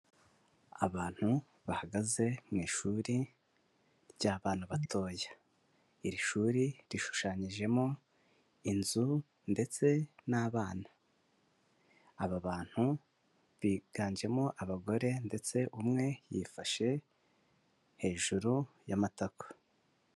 Abantu bahagaze mu ishuri ry'abana batoya iri shuri rishushanyijemo inzu ndetse n'abana, aba bantu biganjemo abagore ndetse umwe yifashe hejuru y'amatako.